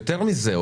יותר מזה,